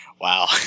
Wow